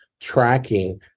tracking